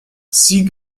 sie